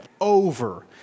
over